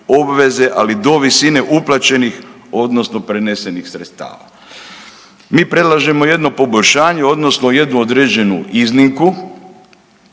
ali do visine uplaćenih odnosno prenesenih sredstava. Mi predlažemo jedno poboljšanje odnosno jednu određenu iznimku,